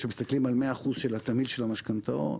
כשמסתכלים על 100% של התמהיל של המשכנתאות,